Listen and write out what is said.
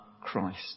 Christ